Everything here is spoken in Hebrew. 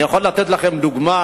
אני יכול לתת לכם דוגמה.